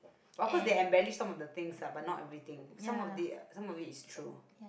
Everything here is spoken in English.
but of course they embellished some of the things lah but not everything some of it some of it is true